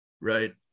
Right